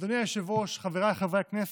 אדוני היושב-ראש, חבריי חברי הכנסת,